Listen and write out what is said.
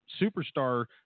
superstar